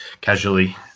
casually